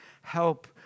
help